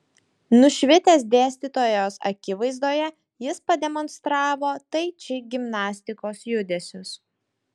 nušvitęs dėstytojos akivaizdoje jis pademonstravo tai či gimnastikos judesius